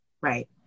Right